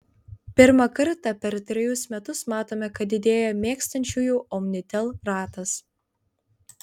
pirmą kartą per trejus metus matome kad didėja mėgstančiųjų omnitel ratas